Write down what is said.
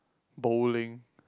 bowling